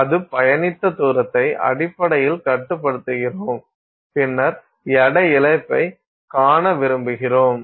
அது பயணித்த தூரத்தை அடிப்படையில் கட்டுப்படுத்துகிறோம் பின்னர் எடை இழப்பைக் காண விரும்புகிறோம்